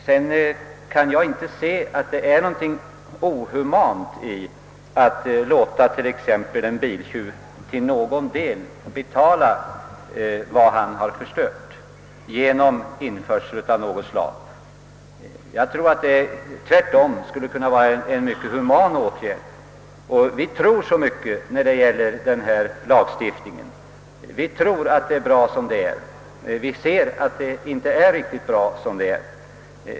Jag kan inte finna någonting inhumant i att låta t.ex. en biltjuv genom införsel av något slag till någon del betala vad han förstört, det skulle tvärtom kunna vara en mycket human åtgärd. Vi tror så mycket i fråga om denna lagstiftning. Vi tror att det är bra som det är, men vi ser att det inte är riktigt bra.